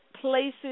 places